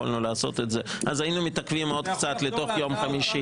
היינו מתעכבים עוד קצת לתוך יום חמישי,